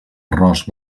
arròs